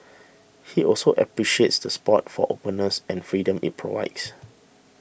he also appreciates the spot for openness and freedom it provides